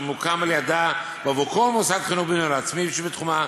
מוקם על-ידה בעבור כל מוסד חינוך בניהול עצמי שבתחומה,